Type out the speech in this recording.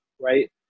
Right